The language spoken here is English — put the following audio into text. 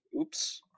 Oops